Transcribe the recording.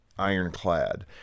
ironclad